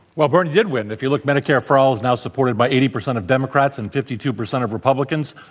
well, bernie did win. if you look, medicare for all is now supported by eighty percent of democrats and fifty two percent of republicans.